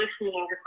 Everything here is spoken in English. listening